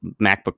MacBook